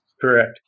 Correct